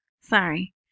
sorry